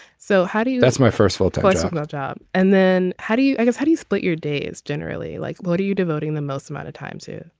so how do you. that's my first full time you know job. and then how do you like how do you split your days generally like what are you devoting the most amount of times yeah.